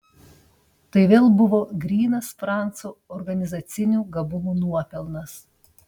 tai vėl buvo grynas franco organizacinių gabumų nuopelnas